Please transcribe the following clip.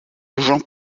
jean